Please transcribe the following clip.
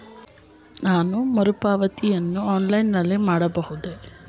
ಸಾಲ ಮರುಪಾವತಿಯನ್ನು ಆನ್ಲೈನ್ ನಲ್ಲಿ ಮಾಡಬಹುದೇ?